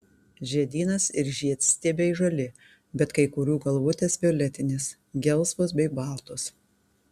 žiedynas ir žiedstiebiai žali bet kai kurių galvutės violetinės gelsvos bei baltos